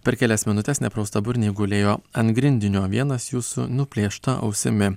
per kelias minutes nepraustaburniai gulėjo ant grindinio vienas jų su nuplėšta ausimi